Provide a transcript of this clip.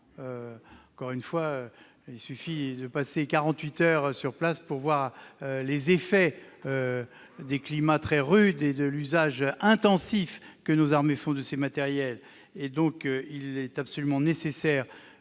prématurément ; il suffit de passer quarante-huit heures sur place pour voir les effets des climats très rudes et de l'usage intensif que nos armées font de ces matériels. Il est absolument nécessaire